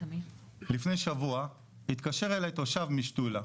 לפני שבוע התקשר אלי תושב משתולה,